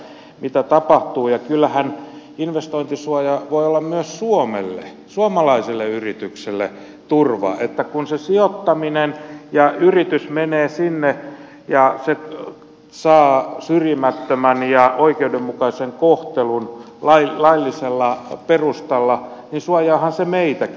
kysymys on siitä mitä tapahtuu ja kyllähän investointisuoja voi olla myös suomelle suomalaiselle yritykselle turva että kun se sijoittaminen ja yritys menee sinne ja se saa syrjimättömän ja oikeudenmukaisen kohtelun laillisella perustalla niin suojaahan se meitäkin